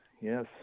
yes